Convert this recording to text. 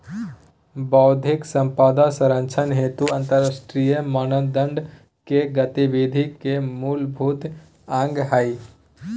बौद्धिक संपदा संरक्षण हेतु अंतरराष्ट्रीय मानदंड के गतिविधि के मूलभूत अंग हइ